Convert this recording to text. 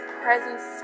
presence